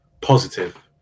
positive